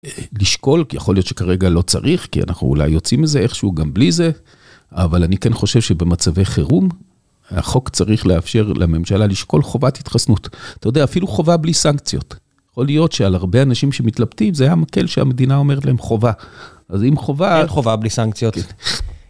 לשקול, יכול להיות שכרגע לא צריך, כי אנחנו אולי יוצאים מזה איכשהו גם בלי זה, אבל אני כן חושב שבמצבי חירום, החוק צריך לאפשר לממשלה לשקול חובת התחסנות. אתה יודע, אפילו חובה בלי סנקציות. יכול להיות שעל הרבה אנשים שמתלבטים, זה המקל שהמדינה אומרת להם חובה. אז אם חובה... אין חובה בלי סנקציות.